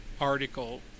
article